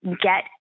get